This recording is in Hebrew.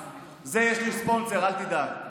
לזה יש לי ספונסר, אל תדאג.